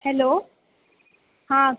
hello हां